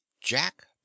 Jack